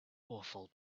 awful